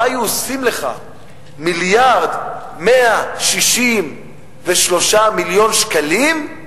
מה היו עושים לך 1.136 מיליארד שקלים?